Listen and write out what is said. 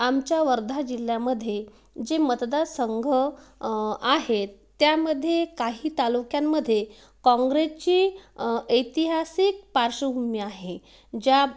आमच्या वर्धा जिल्ह्यामध्ये जे मतदार संघ आहेत त्यामध्ये काही तालुक्यांमध्ये काँग्रेसची ऐतिहासिक पार्श्वभूमी आहे ज्या